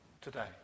today